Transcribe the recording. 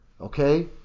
Okay